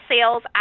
sales